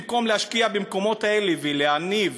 במקום להשקיע במקומות האלה ולהניב